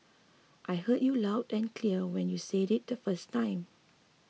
I heard you loud and clear when you said it the first time